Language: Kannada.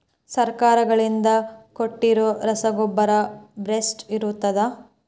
ಸರ್ಕಾರಗಳಿಂದ ಕೊಟ್ಟಿರೊ ರಸಗೊಬ್ಬರ ಬೇಷ್ ಇರುತ್ತವಾ?